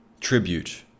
tribute